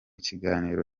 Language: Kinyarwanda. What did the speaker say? kiganiro